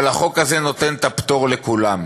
אבל החוק הזה נותן את הפטור לכולם.